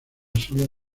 solo